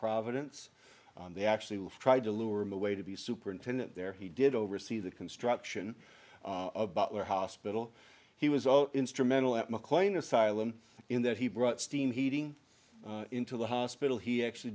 providence on the actually tried to lure him away to be superintendent there he did oversee the construction hospital he was all instrumental at mclean asylum in that he brought steam heating into the hospital he actually